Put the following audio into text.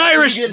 Irish